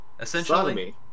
Essentially